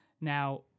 Now